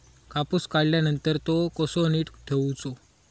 कापूस काढल्यानंतर तो कसो नीट ठेवूचो?